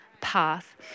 path